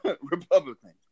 Republicans